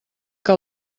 que